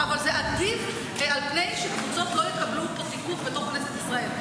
אבל זה עדיף על פני שקבוצות לא יקבלו פה תיקוף בתוך כנסת ישראל.